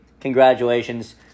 congratulations